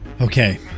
Okay